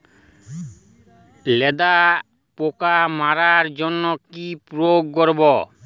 লেদা পোকা মারার জন্য কি প্রয়োগ করব?